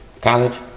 College